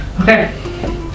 Okay